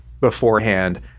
beforehand